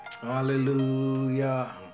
hallelujah